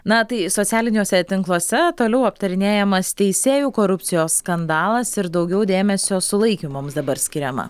na tai socialiniuose tinkluose toliau aptarinėjamas teisėjų korupcijos skandalas ir daugiau dėmesio sulaikymams dabar skiriama